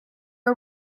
are